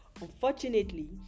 unfortunately